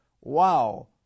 Wow